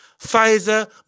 Pfizer